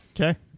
Okay